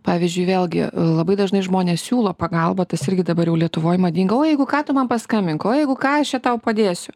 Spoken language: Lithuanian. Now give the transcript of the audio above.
pavyzdžiui vėlgi labai dažnai žmonės siūlo pagalbą tas irgi dabar jau lietuvoj madinga o jeigu ką tu man paskambink o jeigu ką aš čia tau padėsiu